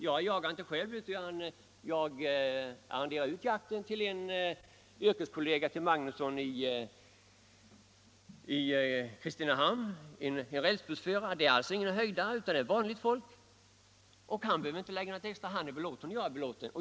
Jag jagar inte själv utan arrenderar ut jakten till en yrkeskollega till herr Magnusson i Kristinehamn — en rälsbussförare. Det är alltså ingen höjdare utan en man som tillhör det vanliga folket. Han behöver inte heller lägga något extra. Han är belåten och jag är belåten.